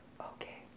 Okay